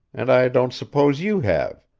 and i don't suppose you have,